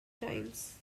times